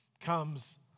comes